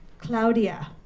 Claudia